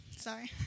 Sorry